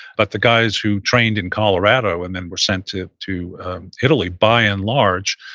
but the guys who trained in colorado and then were sent to to italy, by and large,